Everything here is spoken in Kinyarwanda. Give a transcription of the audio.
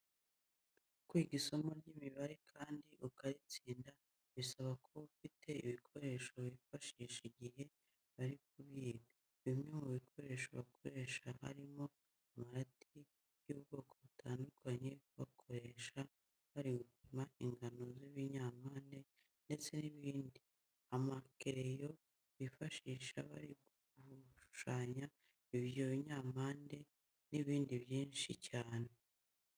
Kwiga isomo ry'imibare kandi ukaritsinda bisaba kuba ufite ibikorehso bifashisha igihe bari kuryiga. Bimwe mu bikoresho bakoresha harimo amarati y'ubwoko butandukanye bakoresha bari gupima ingano z'ibinyampande ndetse n'ibindi, amakereyo bifashisha bari gushushanya ibyo binyampande n'ibindi byinshi cyane.